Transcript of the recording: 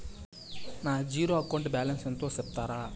నా zero account balance ఎంతో సెప్తారా?